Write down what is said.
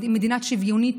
מדינה שוויונית,